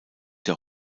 der